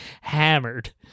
hammered